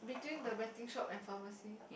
between the betting shop and pharmacy